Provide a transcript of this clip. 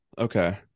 Okay